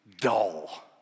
dull